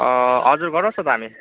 हजुर गराउँछ त हामी